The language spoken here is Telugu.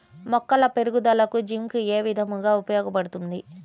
మొక్కల పెరుగుదలకు జింక్ ఏ విధముగా ఉపయోగపడుతుంది?